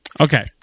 Okay